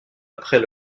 après